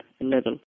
level